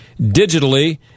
digitally